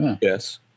Yes